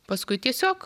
paskui tiesiog